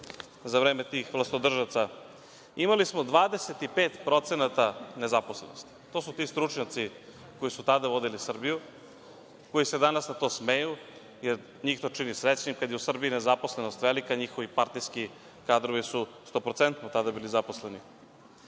za vreme tih vlastodržaca. Imali smo 25% nezaposlenost. To su ti stručnjaci koji su tada vodili Srbiju, koji se danas na to smeju, jer njih to čini srećnim kada je u Srbiji nezaposlenost velika, njihovi partnerski kadrovi su stoprocentno tada bili zaposleni.